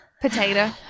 Potato